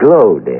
glowed